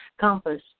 compass